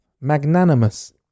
magnanimous